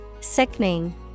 Sickening